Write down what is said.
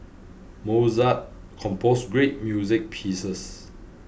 Mozart composed great music pieces